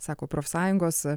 sako profsąjungos